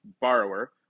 borrower